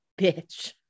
Bitch